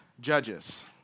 Judges